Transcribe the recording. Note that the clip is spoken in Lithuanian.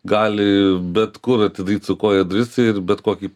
gali bet kur atidaryt su koja duris ir bet kokį